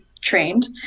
trained